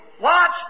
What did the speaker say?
Watch